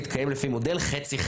מתקיים לפי מודל חצי,